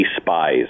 spies